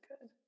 good